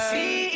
See